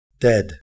dead